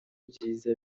byiza